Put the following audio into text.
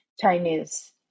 Chinese